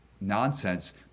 nonsense